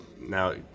now